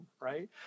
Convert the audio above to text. right